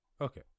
Okay